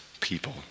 people